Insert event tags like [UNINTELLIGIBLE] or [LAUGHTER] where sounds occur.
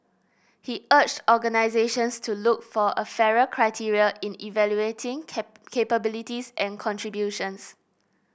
he urged organisations to look for a fairer criteria in evaluating [UNINTELLIGIBLE] capabilities and contributions